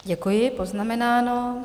Děkuji, poznamenáno.